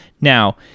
Now